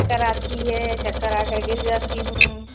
चक्कर आती है चक्कर आकर गिर जाती हूँ